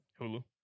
Hulu